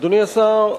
אדוני השר,